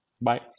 bye